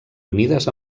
unides